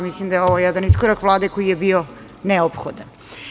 Mislim da je ovo jedan iskorak Vlade koji je bio neophodan.